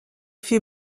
fut